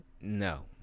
no